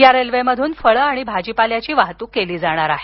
या रेल्वेमधून फळं आणि भाजीपाल्याची वाहतूक केली जाणार आहे